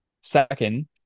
Second